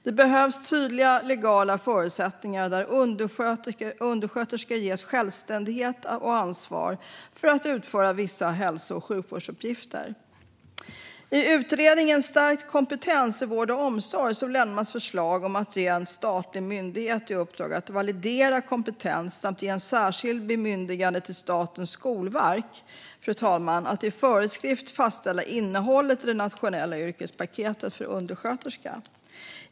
Det behövs tydliga legala förutsättningar där undersköterskor ges självständighet och ansvar för att utföra vissa hälso och sjukvårdsuppgifter. I utredningen Stärkt kompetens i vård och omsorg lämnas förslag om att ge en statlig myndighet i uppdrag att validera kompetens samt ge ett särskilt bemyndigande till Statens skolverk att i föreskrift fastställa innehållet i det nationella yrkespaketet för undersköterska.